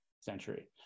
century